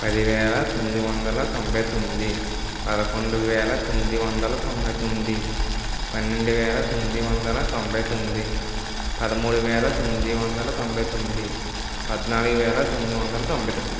పదివేల తొమ్మిది వందల తొంభై తొమ్మిది పదకొండు వేల తొమ్మిది వందల తొంభై తొమ్మిది పన్నెండు వేల తొమ్మిది వందల తొంభై తొమ్మిది పదమూడు వేల తొమ్మిది వందల తొంభై తొమ్మిది పద్నాలుగు వేల తొమ్మిది వందల తొంభై తొమ్మిది